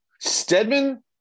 Stedman